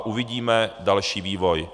Uvidíme další vývoj.